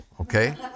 okay